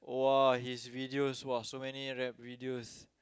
!wah! his videos !wah! so many rap videos